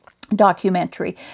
documentary